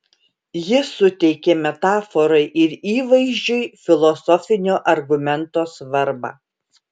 jis suteikė metaforai ir įvaizdžiui filosofinio argumento svarbą